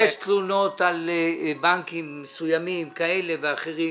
אם יש תלונות על בנקים מסוימים, כאלה ואחרים,